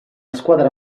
squadra